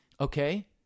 Okay